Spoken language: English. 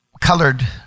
colored